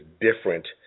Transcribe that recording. different